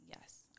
Yes